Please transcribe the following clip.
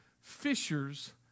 fishers